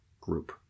Group